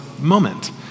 moment